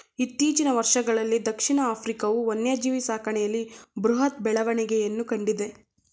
ಇತ್ತೀಚಿನ ವರ್ಷಗಳಲ್ಲೀ ದಕ್ಷಿಣ ಆಫ್ರಿಕಾವು ವನ್ಯಜೀವಿ ಸಾಕಣೆಯಲ್ಲಿ ಬೃಹತ್ ಬೆಳವಣಿಗೆಯನ್ನು ಕಂಡಿದೆ